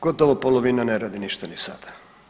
Gotovo polovina ne radi ništa ni sada.